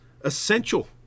essential